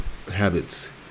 habits